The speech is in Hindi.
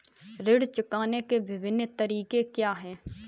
ऋण चुकाने के विभिन्न तरीके क्या हैं?